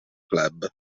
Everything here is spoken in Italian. club